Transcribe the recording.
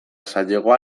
zailagoa